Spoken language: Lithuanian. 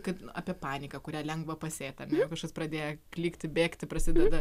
kaip apie paniką kurią lengva pasėti kažkas pradėjo klykti bėgti prasideda